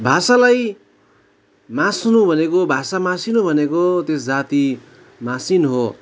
भाषालाई मास्नु भनेको भाषा मासिनु भनेको त्यस जाति मासिनु हो